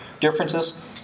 differences